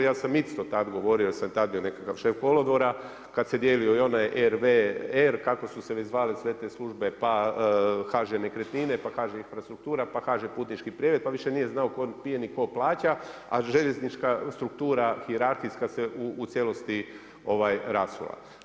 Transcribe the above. Ja sam isto tad govorio, jer sam tad bio nekakav šef kolodvora kad se dijelio i onaj RVR kako su se već zvale sve te službe, pa HŽ nekretnine, pa HŽ infrastruktura, pa HŽ putnički prijevoz, pa više nije znao tko pije ni tko plaća, a željeznička struktura, hijerarhijska se u cijelosti rasula.